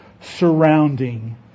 surrounding